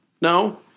No